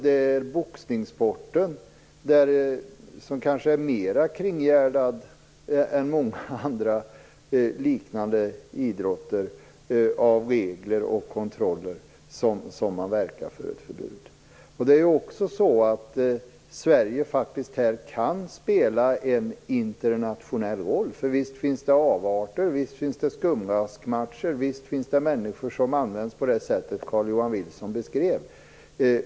Men för boxningssporten, som kanske mer än andra liknande idrotter är kringgärdad av regler och kontroller, verkar man för ett förbud. Sverige kan faktiskt också spela en internationell roll. Visst finns det avarter. Visst finns det skumraskmatcher och människor som används på det sätt som Carl-Johan Wilson beskrev.